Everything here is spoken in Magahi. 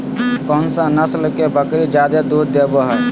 कौन सा नस्ल के बकरी जादे दूध देबो हइ?